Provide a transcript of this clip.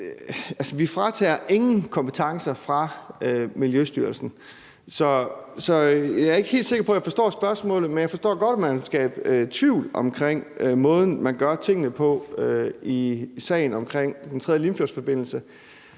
Vi fratager ingen kompetencer fra Miljøstyrelsen, så jeg er ikke helt sikker på, jeg forstår spørgsmålet, men jeg forstår godt, at man vil skabe tvivl om måden, man gør tingene på i sagen om den tredje Limfjordsforbindelse.